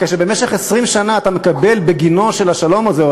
כאשר במשך 20 שנה אתה מקבל בגינו של השלום הזה,